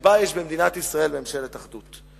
שבה יש במדינת ישראל ממשלת אחדות?